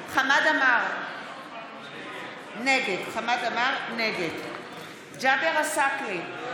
חמד עמאר, נגד ג'אבר עסאקלה,